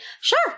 Sure